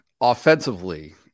Offensively